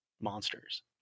monsters